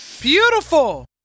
Beautiful